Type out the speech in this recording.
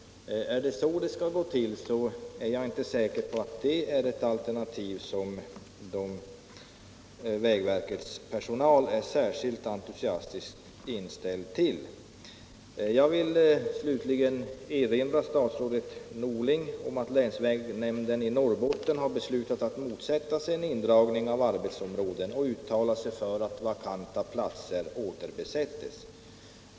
Är det så det skall gå till är jag inte säker på att vägverkets personal är särskilt entusiastiskt inställd till det alternativet. 169 Jag vill slutligen erinra statsrådet Norling om att länsvägnämnden i Norrbotten har beslutat att motsätta sig en indragning av arbetsområden och uttalat sig för att vakanta platser återbesätts.